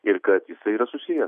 ir kad jis yra susijęs